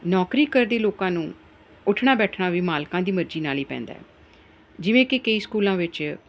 ਨੌਕਰੀ ਕਰਦੇ ਲੋਕਾਂ ਨੂੰ ਉੱਠਣਾ ਬੈਠਣਾ ਵੀ ਮਾਲਕਾਂ ਦੀ ਮਰਜ਼ੀ ਨਾਲ ਹੀ ਪੈਂਦਾ ਜਿਵੇਂ ਕਿ ਕਈ ਸਕੂਲਾਂ ਵਿੱਚ